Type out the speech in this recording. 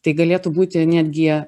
tai galėtų būti netgi